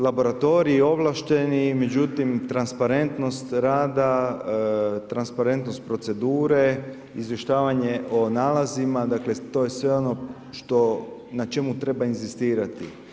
Laboratorij i ovlašteni, međutim, transparentnost rada, transparentnost procedure, izvještavanje o nalazima, dakle, to je sve ono što, na čemu treba inzistirati.